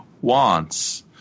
wants